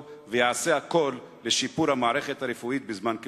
ויעשה הכול לשיפור המערכת הרפואית בזמן כהונתו.